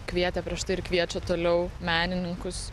kvietė prieš tai ir kviečia toliau menininkus